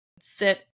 sit